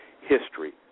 history